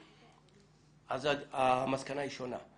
אז המסקנה היא שונה.